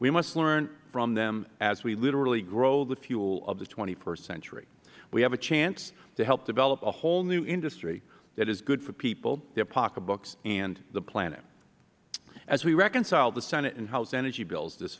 we must learn from them as we literally grow the fuel of the st century we have a chance to help develop a whole new industry that is good for people their pocketbooks and the planet as we reconcile the senate and house energy bills this